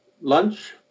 lunch